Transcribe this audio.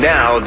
Now